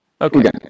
Okay